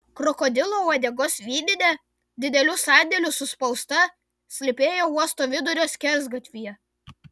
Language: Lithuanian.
krokodilo uodegos vyninė didelių sandėlių suspausta slypėjo uosto vidurio skersgatvyje